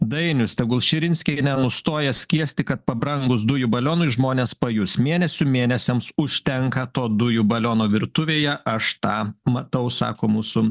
dainius tegul širinskienė nustoja skiesti kad pabrangus dujų balionui žmonės pajus mėnesių mėnesiams užtenka to dujų baliono virtuvėje aš tą matau sako mūsų